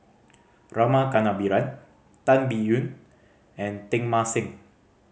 Rama Kannabiran Tan Biyun and Teng Mah Seng